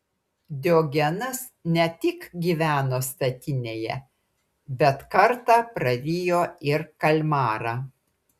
diogenas ne tik gyveno statinėje bet kartą prarijo ir kalmarą